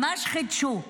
ממש חידשו.